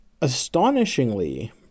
astonishingly